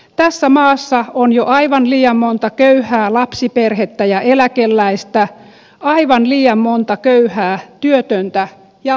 tässä maassa on jo aivan liian monta köyhää lapsiperhettä ja eläkeläistä aivan liian monta köyhää työtöntä ja työssäkävijää